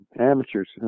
amateurs